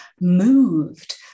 moved